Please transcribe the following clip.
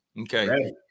okay